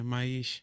Mas